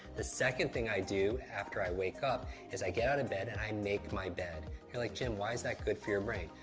the second thing i do after i wake up is i get out of bed and i make my bed. you're like, jim, why is that good for your brain?